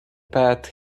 path